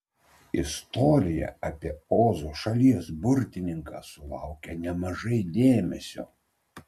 istorija apie ozo šalies burtininką sulaukia nemažai dėmesio